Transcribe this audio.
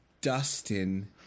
Dustin